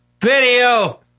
Video